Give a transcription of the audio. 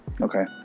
Okay